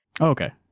Okay